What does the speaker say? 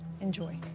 Enjoy